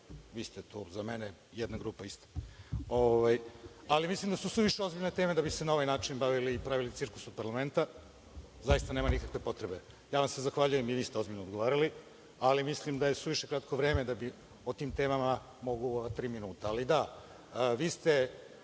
vi ste tu za mene jedna grupa istih. Ali, mislim da su suviše ozbiljne teme da bi se na ovaj način bavili i pravili cirkus od parlamenta, zaista nema nikakve potrebe. Zahvaljujem vam se, i vi ste ozbiljno odgovarali, ali mislim da je suviše kratko vreme da bi o tim temama mogli u ova tri minuta. Ali, da, vi ste